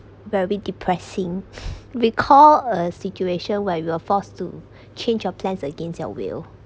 very depressing we call a situation where you're forced to change your plan against your will